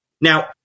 Now